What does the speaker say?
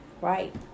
Right